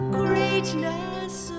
greatness